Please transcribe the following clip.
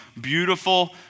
Beautiful